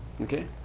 Okay